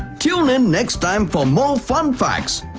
tune in next time for more fun facts!